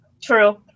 true